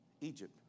Egypt